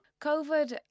Covid